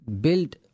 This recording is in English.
Build